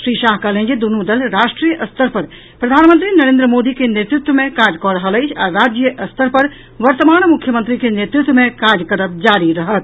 श्री शाह कहलनि जे दूनु दल राष्ट्रीय स्तर पर प्रधानमंत्री नरेन्द्र मोदी के नेतृत्व मे काज कऽ रहल अछि आ राज्य स्तर पर वर्तमान मुख्यमंत्री के नेतृत्व मे काज करब जारी रहत